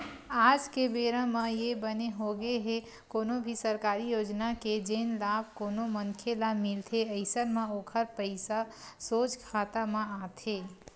आज के बेरा म ये बने होगे हे कोनो भी सरकारी योजना के जेन लाभ कोनो मनखे ल मिलथे अइसन म ओखर पइसा सोझ खाता म आथे